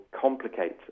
complicate